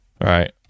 right